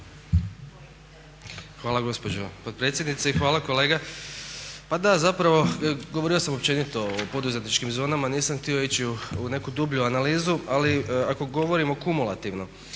Hvala gospođo potpredsjednice i hvala kolega. Pa da zapravo govorio sam općenito o poduzetničkim zonama. Nisam htio ići u neku dublju analizu ali ako govorimo kumulativno